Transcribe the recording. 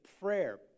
prayer